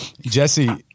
Jesse